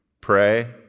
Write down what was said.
pray